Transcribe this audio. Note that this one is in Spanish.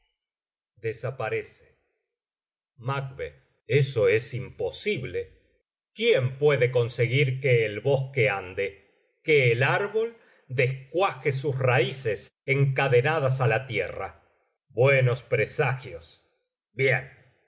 eso es imposible quién puede conseguir que el bosque ande que el árbol descuaje sus raíces encadenadas á la tierra buenos presagios bien